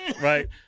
Right